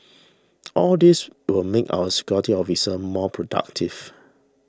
all these will make our security officers more productive